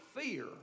fear